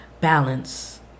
Balance